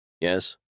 Yes